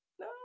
no